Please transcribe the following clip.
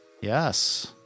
Yes